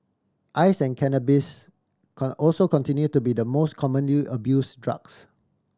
ice and cannabis can also continue to be the most commonly abuse drugs